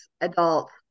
adults